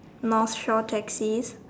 North shore taxis